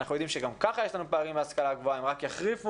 אנחנו יודעים שגם כך יש לנו פערים בהשכלה הגבוהה והם רק יחריפו,